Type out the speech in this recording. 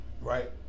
right